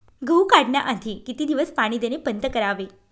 गहू काढण्याआधी किती दिवस पाणी देणे बंद करावे?